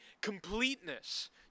completeness